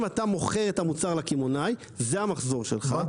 אם אתה מוכר את המוצר לקמעונאי זה המחזור שלך,